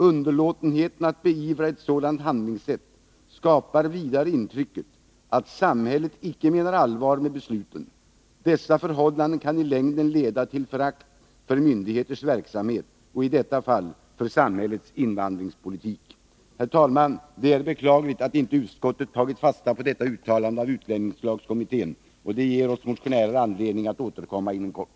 Underlåtenheten att beivra ett sådant handlingssätt skapar vidare intrycket, att samhället inte menar allvar med besluten. Dessa förhållanden kan i längden leda till förakt för myndigheternas verksamhet, och i detta fall, för samhällets invandringspolitik.” Herr talman! Det är beklagligt att utskottet inte tagit fasta på detta uttalande av utlänningslagskommittén. Det ger oss motionärer anledning att återkomma inom kort.